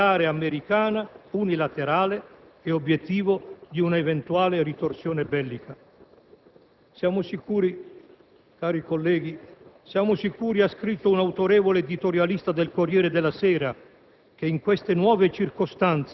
Oggi sono basi di partenza per missioni militari unilaterali che possono essere anche in contrasto con la politica estera della Repubblica italiana. Si dice: il pericolo è il terrorismo. È vero, sì, certo,